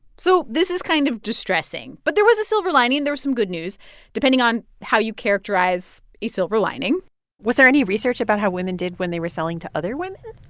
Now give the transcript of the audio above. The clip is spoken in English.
so this is kind of distressing. but there was a silver lining. there was some good news depending on how you characterize a silver lining was there any research about how women did when they were selling to other women?